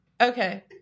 okay